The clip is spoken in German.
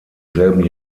selben